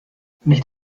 nicht